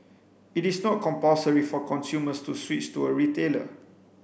it is not compulsory for consumers to switch to a retailer